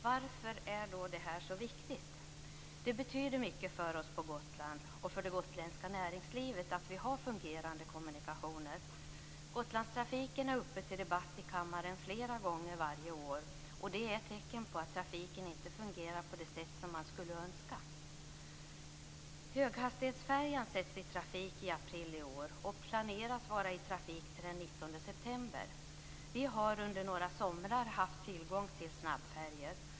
Varför är då det här så viktigt? Det betyder mycket för oss på Gotland och för det gotländska näringslivet att vi har fungerande kommunikationer. Gotlandstrafiken är uppe till debatt i kammaren flera gånger varje år, och det är ett tecken på att trafiken inte fungerar på det sätt som man skulle önska. Höghastighetsfärjan sätts i trafik i april i år och planeras vara i trafik till den 19 september. Vi har under några somrar haft tillgång till snabbfärjor.